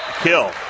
Kill